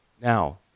Now